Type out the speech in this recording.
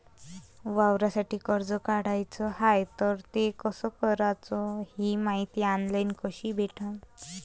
वावरासाठी कर्ज काढाचं हाय तर ते कस कराच ही मायती ऑनलाईन कसी भेटन?